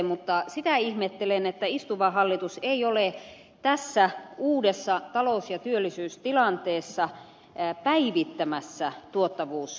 mutta sitä ihmettelen että istuva hallitus ei ole tässä uudessa talous ja työllisyystilanteessa päivittämässä tuottavuusohjelmaa